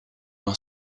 are